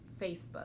Facebook